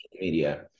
media